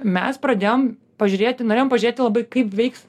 mes pradėjom pažiūrėti norėjom pažiūrėti labai kaip veiks